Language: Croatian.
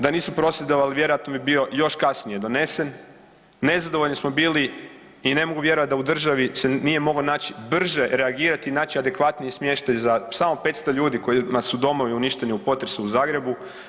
Da nismo prosvjedovali vjerojatno bi bio još kasnije donesen, nezadovoljni smo bili i ne mogu vjerovat da u državi se nije mogo naći, brže reagirati i naći adekvatniji smještaj za samo 500 ljudi kojima su domovi uništeni u potresu u Zagrebu.